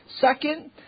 Second